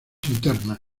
internas